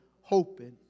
hoping